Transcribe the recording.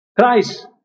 Christ